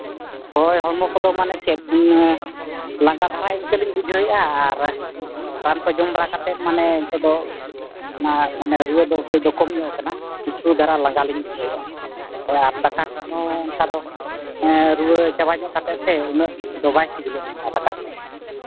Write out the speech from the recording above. ᱦᱳᱭ ᱦᱚᱲᱢᱚ ᱠᱚᱫᱚ ᱢᱟᱱᱮ ᱪᱮᱫ ᱞᱟᱸᱜᱟ ᱫᱷᱟᱨᱟ ᱤᱱᱠᱟᱹ ᱞᱤᱧ ᱵᱩᱡᱷᱟᱹᱣᱮᱫᱼᱟ ᱟᱨ ᱨᱟᱱ ᱠᱚ ᱡᱚᱢ ᱵᱟᱲᱟ ᱠᱟᱛᱮᱫ ᱢᱟᱱᱮ ᱱᱤᱛᱚᱜ ᱫᱚ ᱚᱱᱟ ᱨᱩᱣᱟᱹ ᱫᱚ ᱠᱟᱹᱡ ᱫᱚ ᱠᱚᱢ ᱧᱚᱜ ᱠᱟᱱᱟ ᱠᱤᱪᱷᱩ ᱫᱷᱟᱨᱟ ᱞᱟᱸᱜᱟ ᱞᱤᱧ ᱵᱩᱡᱷᱟᱹᱣᱮᱫᱼᱟ ᱦᱳᱭ ᱟᱨ ᱫᱟᱠᱟ ᱠᱚᱦᱚᱸ ᱚᱱᱠᱟ ᱫᱚ ᱨᱩᱣᱟᱹ ᱪᱟᱵᱟ ᱧᱚᱜ ᱠᱟᱛᱮᱫ ᱥᱮ ᱩᱱᱟᱹᱜ ᱵᱟᱭ ᱥᱤᱵᱤᱞᱮᱫ ᱞᱤᱧᱟᱹ ᱫᱟᱠᱟ ᱠᱚ